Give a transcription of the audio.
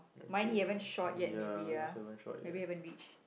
mine he haven't shot yet maybe ya maybe haven't reach